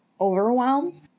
overwhelm